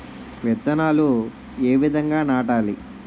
విత్తనాలు ఏ విధంగా నాటాలి?